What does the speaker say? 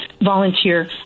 volunteer